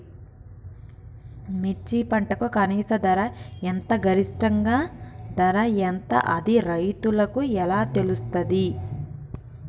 మిర్చి పంటకు కనీస ధర ఎంత గరిష్టంగా ధర ఎంత అది రైతులకు ఎలా తెలుస్తది?